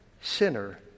sinner